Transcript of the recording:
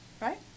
right